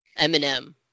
Eminem